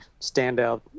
standout